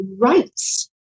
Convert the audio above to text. rights